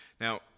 now